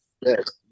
Yes